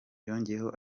yongeyeho